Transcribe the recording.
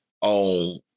on